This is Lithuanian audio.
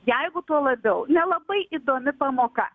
jeigu tuo labiau nelabai įdomi pamoka